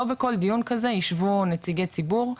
לא בכל דיון כזה יישבו נציגי ציבור,